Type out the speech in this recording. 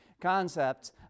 concepts